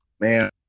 man